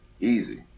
Easy